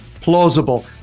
plausible